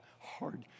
hard